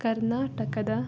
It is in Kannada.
ಕರ್ನಾಟಕದ